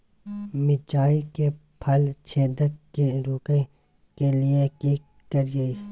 मिर्चाय मे फल छेदक के रोकय के लिये की करियै?